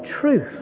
truth